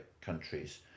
countries